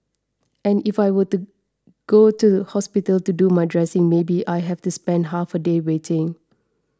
and if I would go to the hospital to do my dressing maybe I have to spend half a day waiting